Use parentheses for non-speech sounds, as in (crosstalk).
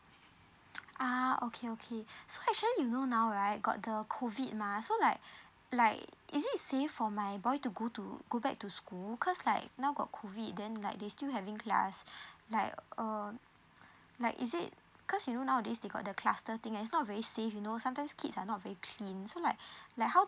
(noise) ah okay okay so actually you know now right got the COVID mah so like like is it save for my boy to go to go back to school cause like now got COVID then like they still having class (breath) like um (noise) like is it cause you know nowadays they got the cluster thing and it's not very safe you know sometimes kids are not very clean so like (breath) like how